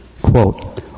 quote